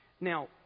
Now